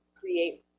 create